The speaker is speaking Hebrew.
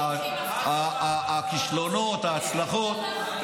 הכישלונות וההצלחות,